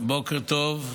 בוקר טוב.